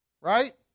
Right